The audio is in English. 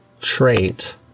trait